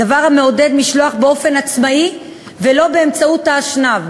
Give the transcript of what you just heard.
דבר המעודד משלוח באופן עצמאי ולא באמצעות האשנב.